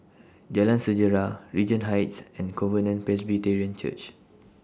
Jalan Sejarah Regent Heights and Covenant Presbyterian Church